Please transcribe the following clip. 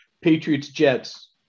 Patriots-Jets